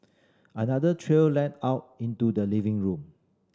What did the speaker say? another trail led out into the living room